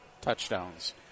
touchdowns